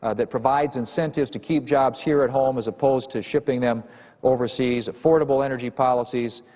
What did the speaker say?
ah that provides incentives to keep jobs here at home as opposed to shipping them overseas, affordable energy policies,